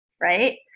Right